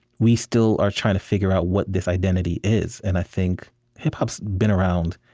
we still are trying to figure out what this identity is and i think hip-hop's been around